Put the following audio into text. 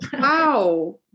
Wow